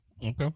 Okay